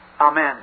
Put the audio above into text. Amen